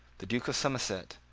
the duke of somerset,